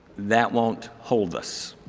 that won't hold us.